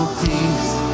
peace